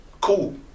Cool